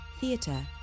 theatre